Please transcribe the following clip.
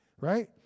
right